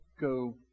go